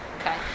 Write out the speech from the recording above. okay